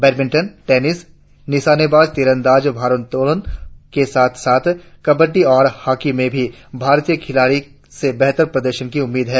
badminton tennis निशानेबाजी तीरंदाजी भारत्तोलन के साथ साथ कबड़डी और हाँकी में भी भारतीय खिलाड़ियो से बेहतर प्रदर्शन की उम्मीद है